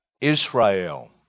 Israel